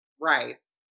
rice